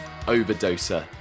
Overdoser